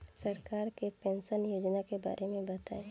सरकार के पेंशन योजना के बारे में बताईं?